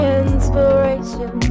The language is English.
inspiration